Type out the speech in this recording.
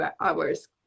hours